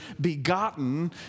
begotten